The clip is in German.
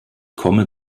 komme